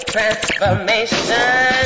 Transformation